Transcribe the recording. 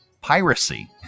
piracy